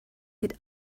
mit